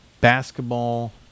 basketball